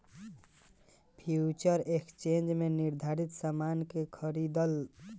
future exchange में निर्धारित सामान के खरीदे आ बेचे के अनुबंध कईल जाला